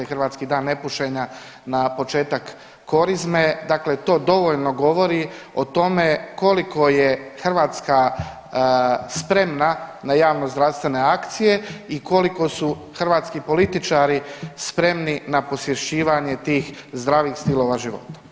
Hrvatski dan nepušenja na početak Korizme, dakle to dovoljno govori o tome koliko je Hrvatska spremna na javnozdravstvene akcije i koliko su hrvatski političari spremni na posvećivanje tih zdravih stilova života.